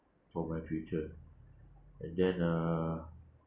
for my future and then uh